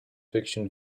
fiction